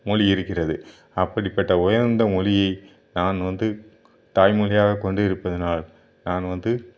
மொழி இருக்கிறது அப்படிப்பட்ட உயர்ந்த மொழி நான் வந்து தாய்மொழியாக கொண்டு இருப்பதனால் நான் வந்து